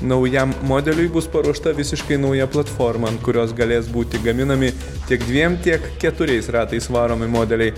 naujam modeliui bus paruošta visiškai nauja platforma ant kurios galės būti gaminami tiek dviem tiek keturiais ratais varomi modeliai